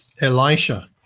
Elisha